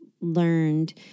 learned